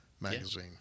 magazine